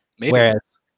Whereas